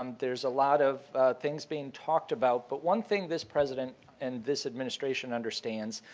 um there's a lot of things being talked about, but one thing this president and this administration understands,